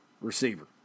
receiver